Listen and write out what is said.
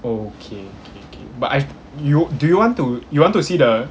okay but I you do you want to you want to see the